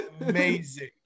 amazing